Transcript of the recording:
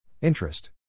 Interest